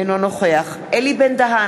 אינו נוכח אלי בן-דהן,